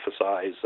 emphasize